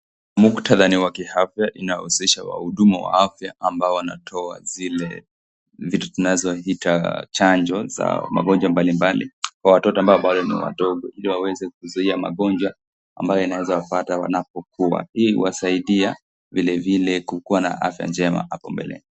Muktadha ni wa kiafya, unahusisha wahudumu wa afya ambao wanatoa zile vitu tunazoita chanjo za magonjwa mbalimbali kwa watoto ambao ni wadogo ili waweze kuzuia magonjwa wanapokua. Hii huwasaidia vilevile kukua na afya njema hapo mbeleni.